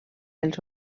els